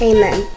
Amen